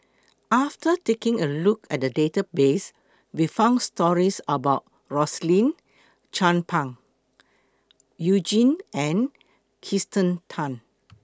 after taking A Look At The Database We found stories about Rosaline Chan Pang YOU Jin and Kirsten Tan